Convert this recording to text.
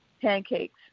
pancakes